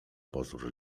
pozór